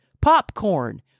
popcorn